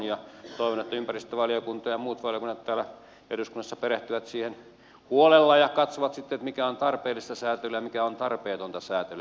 toivon että ympäristövaliokunta ja muut valiokunnat täällä eduskunnassa perehtyvät siihen huolella ja katsovat sitten mikä on tarpeellista säätelyä ja mikä on tarpeetonta säätelyä